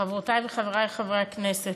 חברותי וחברי חברי הכנסת,